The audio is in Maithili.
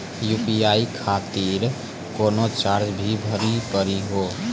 यु.पी.आई खातिर कोनो चार्ज भी भरी पड़ी हो?